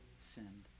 sinned